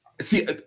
See